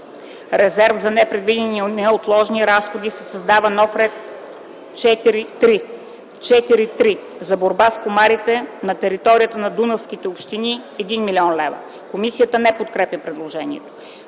„Резерв за непредвидени и неотложни разходи” се създава нов ред „4.3.”: „4.3. За борба с комарите на територията на Дунавските общини – 1 000 000 лв.” Комисията не подкрепя предложението.